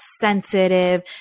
sensitive